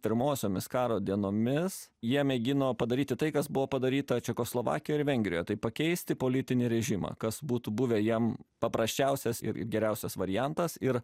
pirmosiomis karo dienomis jie mėgino padaryti tai kas buvo padaryta čekoslovakijoj ir vengrijoj tai pakeisti politinį režimą kas būtų buvę jam paprasčiausias ir geriausias variantas ir